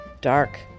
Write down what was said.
dark